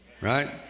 right